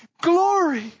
glory